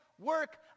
work